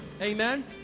Amen